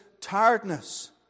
tiredness